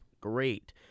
Great